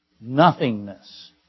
Nothingness